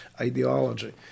ideology